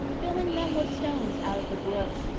filling them with stones out of the brooks,